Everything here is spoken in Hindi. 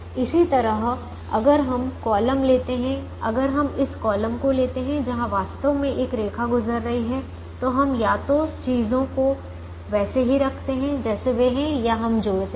इसी तरह अगर हम कॉलम लेते हैं अगर हम इस कॉलम को लेते हैं जहां वास्तव में एक रेखा गुजर रही है तो हम या तो चीजों को वैसे ही रखते हैं जैसे वे हैं या हम जोड़ते हैं